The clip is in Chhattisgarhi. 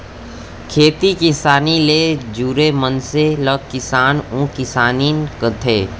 खेती किसानी ले जुरे मनसे ल किसान अउ किसानिन कथें